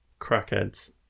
Crackheads